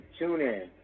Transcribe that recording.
TuneIn